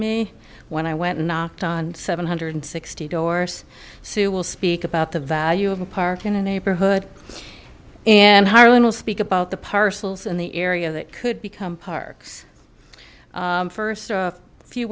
me when i went and knocked on seven hundred and sixty doors sue will speak about the value of a park in a neighborhood and harlan will speak about the parcels in the area that could become parks first a few